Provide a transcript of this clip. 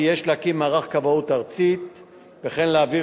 כי יש להקים מערך כבאות ארצי וכן להעביר